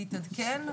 להתעדכן,